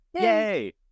Yay